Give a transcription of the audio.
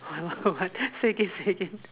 what what what say again say again